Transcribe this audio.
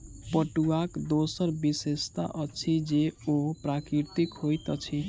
पटुआक दोसर विशेषता अछि जे ओ प्राकृतिक होइत अछि